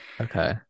Okay